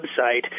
website